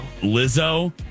Lizzo